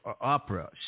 opera